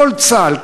כל צה"ל,